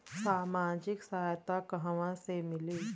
सामाजिक सहायता कहवा से मिली?